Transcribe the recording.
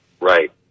right